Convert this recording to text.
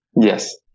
Yes